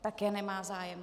Také nemá zájem.